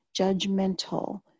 judgmental